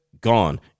gone